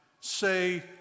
say